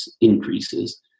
increases